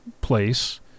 place